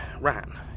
ran